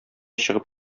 чыгып